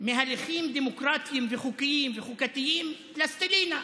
מהליכים דמוקרטיים, חוקיים וחוקתיים פלסטלינה,